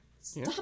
stop